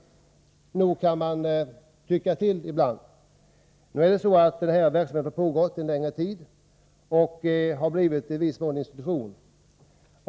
Nog kan man tycka till ibland. Denna verksamhet har pågått en längre tid och har i viss mån blivit en institution.